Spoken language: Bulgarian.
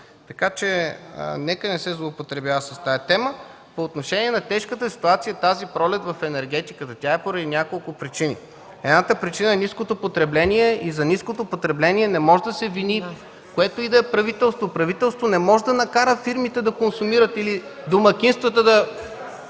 Акт 16. Нека не се злоупотребява с тази тема. По отношение на тежката ситуация тази пролет в енергетиката. Тя е поради няколко причини. Едната причина е ниското потребление и за него не може да се вини което и да е правителство. Правителството не може да накара фирмите или домакинствата да